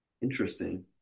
Interesting